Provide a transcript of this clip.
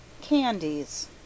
Candies